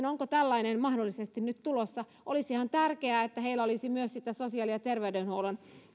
onko tällainen mahdollisesti nyt tulossa olisihan tärkeää että heillä olisi myös sitä sosiaali ja terveydenhuollon